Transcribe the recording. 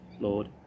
Lord